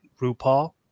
RuPaul